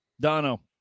Dono